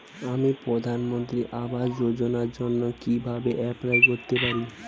আমি প্রধানমন্ত্রী আবাস যোজনার জন্য কিভাবে এপ্লাই করতে পারি?